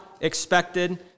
expected